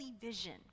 vision